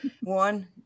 One